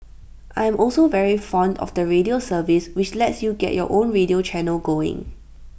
I am also very fond of the radio service which lets you get your own radio channel going